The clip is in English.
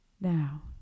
Now